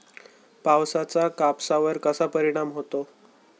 पावसाचा कापसावर कसा परिणाम होतो?